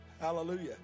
Hallelujah